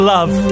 Love